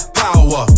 power